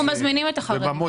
אנחנו מזמינים את החרדים.